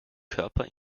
körper